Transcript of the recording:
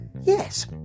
Yes